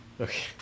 Okay